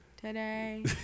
Today